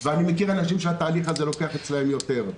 ואני מכיר אנשים שהתהליך הזה לוקח אצלם יותר.